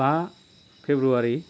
बा फेब्रुवारि